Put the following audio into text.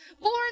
born